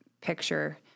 picture